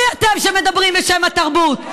מי אתם שמדברים בשם התרבות?